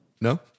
No